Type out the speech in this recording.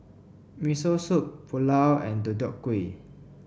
Miso Soup Pulao and Deodeok Gui